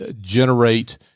generate